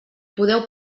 podeu